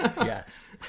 yes